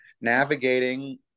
navigating